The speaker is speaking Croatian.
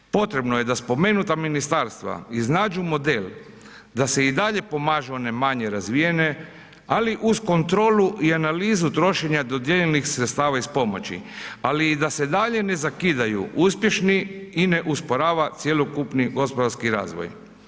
Potrebno je da spomenuta ministarstva iznađu model da se i dalje pomažu one manje razvijene, ali uz kontrolu i analizu trošenja dodijeljenih sredstava iz pomoći, ali i da se dalje ne zakidaju uspješni i ne usporava cjelokupni gospodarski razvoj.